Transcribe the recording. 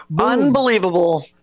Unbelievable